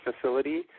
facility